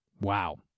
Wow